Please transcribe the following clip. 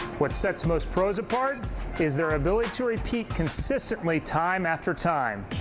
what sets most pros apart is their ability to repeat consistently, time after time.